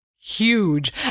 huge